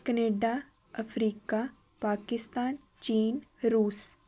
Canada Africa Pakistan China Russia